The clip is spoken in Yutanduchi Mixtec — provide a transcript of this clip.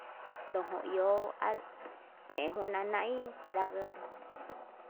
Ndojón iho ha jejuna nai ndaga.